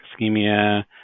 ischemia